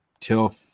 till